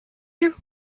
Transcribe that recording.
you